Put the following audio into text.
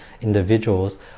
individuals